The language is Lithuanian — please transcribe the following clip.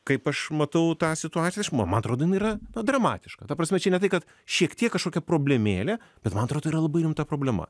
kaip aš matau tą situaciją aš ma man atrodo jin yra dramatiška ta prasme čia ne tai kad šiek tiek kažkokia problemėlė bet man atrodo yra labai rimta problema